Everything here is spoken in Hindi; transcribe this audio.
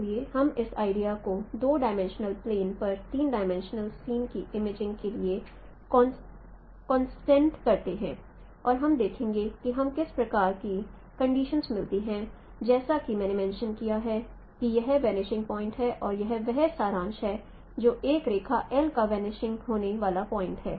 इसलिए हम इस आइडिया को दो डायमेंशनल प्लेन पर तीन डायमेंशनल सीन की इमेजिंग के लिए एक्सटेनड करते हैं और हम देखेंगे कि हमें किस प्रकार की कंडिशनस मिलती हैं जैसा कि मैंने मेंशन किया है कि यह वनिशिंग पॉइंट है और यह वह सारांश है जो एक रेखा Lका वनिशिंग होने वाला पॉइंट है